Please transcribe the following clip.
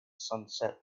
sunset